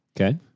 Okay